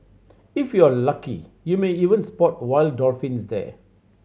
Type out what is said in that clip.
if you are lucky you may even spot wild dolphins there